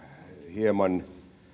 hieman